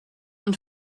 and